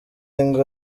ngo